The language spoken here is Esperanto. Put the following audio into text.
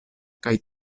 kaj